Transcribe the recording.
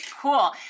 Cool